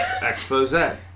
expose